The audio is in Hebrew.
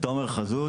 תומר חזות.